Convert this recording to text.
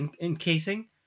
encasing